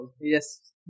Yes